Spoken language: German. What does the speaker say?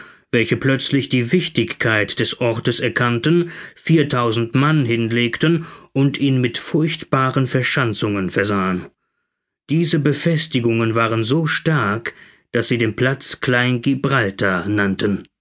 welche plötzlich die wichtigkeit des ortes erkannten mann hinlegten und ihn mit furchtbaren verschanzungen versahen diese befestigungen waren so stark daß sie den platz kleingibraltar nannten